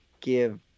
give